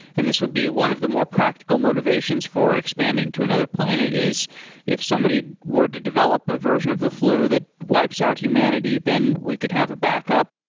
and this will be one of the more practical motivations for expanding to another planet is if somebody were to develop a version of the flu that wipes out humanity, then we could have a backup.